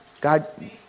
God